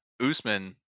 usman